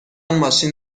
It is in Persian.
ماشین